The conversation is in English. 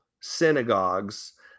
synagogues